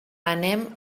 anem